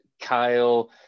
Kyle